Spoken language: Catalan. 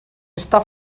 està